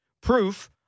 proof